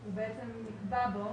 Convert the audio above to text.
זה נקבע.